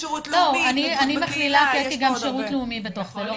אני מכלילה גם שירות לאומי בתוך זה.